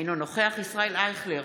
אינו נוכח ישראל אייכלר,